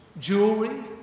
jewelry